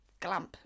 glamp